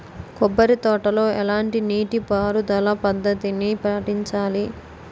కొబ్బరి తోటలో ఎలాంటి నీటి పారుదల పద్ధతిని పాటించాలి?